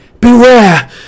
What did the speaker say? Beware